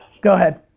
go ahead.